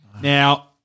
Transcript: Now